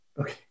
okay